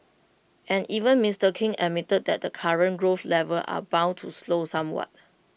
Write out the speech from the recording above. and even Mister king admitted that the current growth levels are bound to slow somewhat